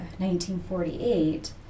1948